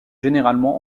généralement